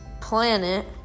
planet